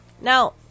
Now